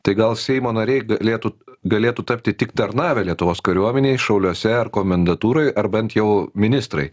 tai gal seimo nariai galėtų galėtų tapti tik tarnavę lietuvos kariuomenėj šiauliuose ar komendantūroj ar bent jau ministrai